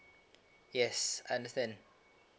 yes understand